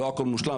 לא הכול מושלם.